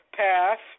pass